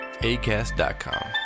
ACAST.com